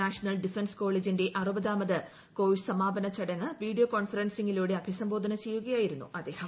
national defence കോളേജിന്റെ അറുപതാമത്തെ course സമാപന ചടങ്ങ് വീഡിയോ കോൺഫറൻസിങ്ങിലൂടെ അഭിസംബോധന ചെയ്യുകയായിരുന്നു അദ്ദേഹം